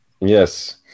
Yes